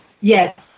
Yes